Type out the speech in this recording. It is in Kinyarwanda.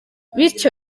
bityo